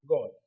God